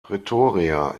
pretoria